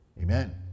Amen